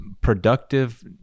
productive